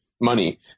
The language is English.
money